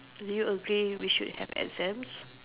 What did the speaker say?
do you agree we should have exams